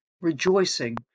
rejoicing